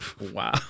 Wow